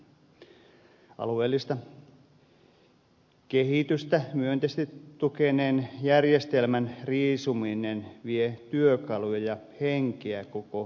alueellista kehitystä myönteisesti tukeneen järjestelmän riisuminen vie työkaluja ja henkeä koko kehitystyöltä